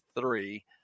three